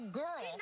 girl